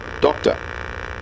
Doctor